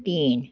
तीन